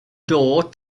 door